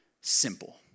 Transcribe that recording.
simple